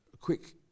quick